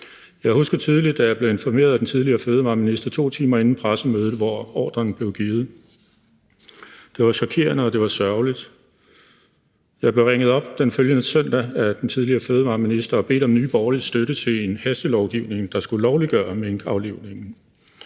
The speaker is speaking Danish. Jeg husker tydeligt, da jeg blev informeret af den tidligere fødevareminister 2 timer inden pressemødet, hvor ordren blev givet. Det var chokerende, og det var sørgeligt. Jeg blev ringet op den følgende søndag af den tidligere fødevareminister og bedt om Nye Borgerliges støtte til en hastelovgivning, der skulle lovliggøre minkaflivningen.